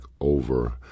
over